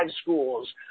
schools